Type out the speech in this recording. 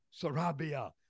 Sarabia